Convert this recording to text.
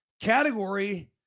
category